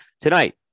Tonight